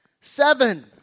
seven